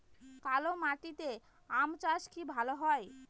কালো মাটিতে আম চাষ কি ভালো হয়?